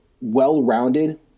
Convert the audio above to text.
well-rounded